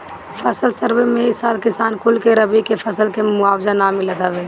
फसल सर्वे में ए साल किसान कुल के रबी के फसल के मुआवजा ना मिलल हवे